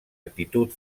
actitud